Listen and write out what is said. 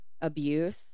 abuse